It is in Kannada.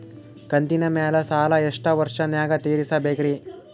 ಕಂತಿನ ಮ್ಯಾಲ ಸಾಲಾ ಎಷ್ಟ ವರ್ಷ ನ್ಯಾಗ ತೀರಸ ಬೇಕ್ರಿ?